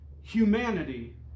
humanity